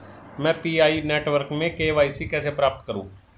मैं Pi network में KYC कैसे प्राप्त करूँ?